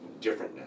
differentness